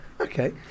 okay